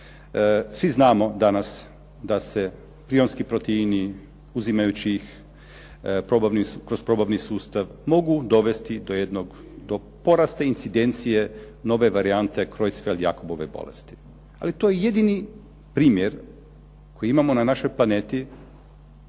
Svi znamo danas da se prionski proteini uzimajući kroz probavni sustav mogu dovesti do porasta incidencije nove varijante Creutzfeldt-Jakobove bolesti. Ali to je jedni primjer koji imamo na našoj planeti.